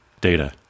Data